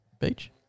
Beach